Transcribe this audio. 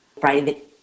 Private